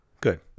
Good